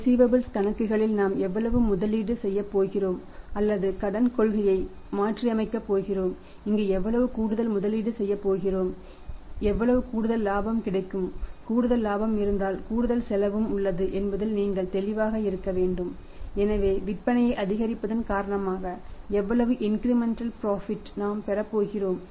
receivables பெறுகிறோம்